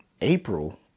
April